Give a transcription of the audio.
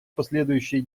последующей